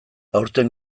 aurten